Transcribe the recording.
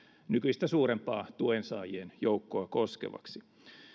nykyistä suurempaa tuensaajien joukkoa koskevaksi